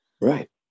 Right